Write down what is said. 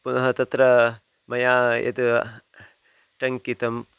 पुनः तत्र मया यत् टङ्कितं